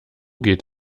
geht